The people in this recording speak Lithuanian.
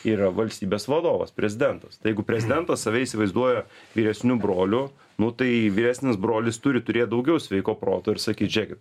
yra valstybės vadovas prezidentas tai jeigu prezidentas save įsivaizduoja vyresniu broliu nu tai vyresnis brolis turi turėt daugiau sveiko proto ir sakyt žėkit